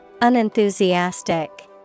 Unenthusiastic